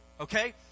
okay